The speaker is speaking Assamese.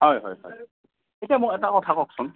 হয় হয় হয় এতিয়া মোক এটা কথা কওকচোন